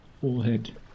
forehead